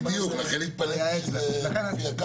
בדיוק, לכן התפלאתי שזה הגיע ככה.